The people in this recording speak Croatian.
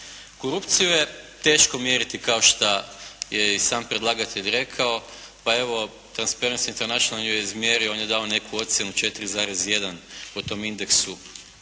Korupciju je teško mjeriti kao šta je i sam predlagatelj rekao. Pa evo Transparency International ju je izmjerio. On je dao neku ocjenu 4,1 po tom indeksu